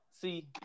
see